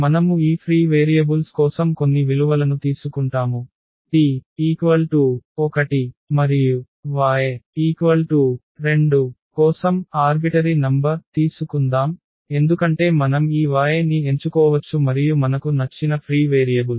మనము ఈ free variables కోసం కొన్ని విలువలను తీసుకుంటాముt1y2 కోసం ఏకపక్ష సంఖ్య తీసుకుందాం ఎందుకంటే మనం ఈ y ని ఎంచుకోవచ్చు మరియు మనకు నచ్చిన ఫ్రీ వేరియబుల్స్